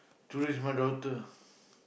three's my daughter